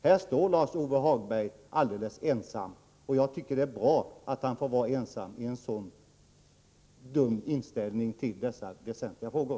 Här står Lars-Ove Hagberg alldeles ensam, och jag tycker att det är bra att han får vara ensam om en så dum inställning som han har i dessa väsentliga frågor.